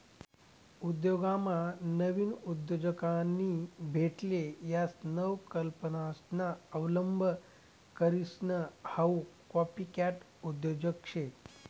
उद्योगमा नाविन उद्योजकांनी भेटेल यश नवकल्पनासना अवलंब करीसन हाऊ कॉपीकॅट उद्योजक शे